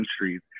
countries